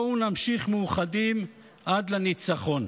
בואו נמשיך מאוחדים עד לניצחון.